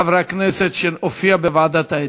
לאחד מחברי הכנסת שהופיע בוועדת האתיקה,